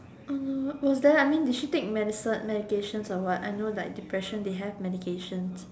was there I mean did she take medicine medication or what I know like depression they have medications